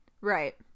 Right